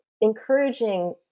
encouraging